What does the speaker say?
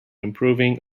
improving